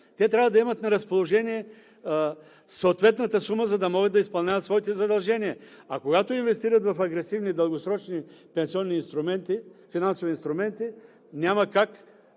Те трябва да имат на разположение съответната сума, за да могат да изпълняват своите задължения, а когато инвестират в агресивни дългосрочни пенсионни финансови инструменти, няма как